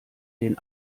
den